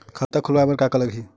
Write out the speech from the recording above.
खाता खुलवाय बर का का लगही?